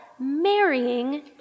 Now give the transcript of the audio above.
marrying